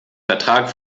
vertrag